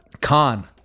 Khan